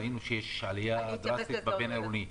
ראינו שיש עלייה דרסטית בבין-עירוני.